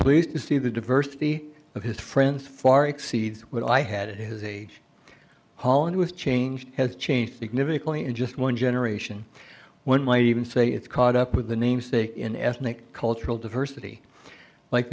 pleased to see the diversity of his friends far exceeds what i had at his age holland was changed has changed significantly in just one generation one might even say it's caught up with the namesake in ethnic cultural diversity like